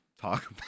talk